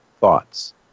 Thoughts